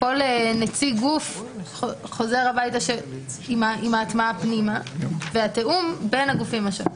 כל נציג גוף חוזר הביתה עם ההטמעה פנימה והתיאום בין הגופים השונים.